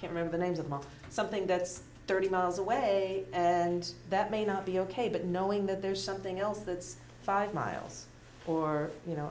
can remember names of not something that's thirty miles away and that may not be ok but knowing that there's something else that's five miles or you know